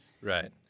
Right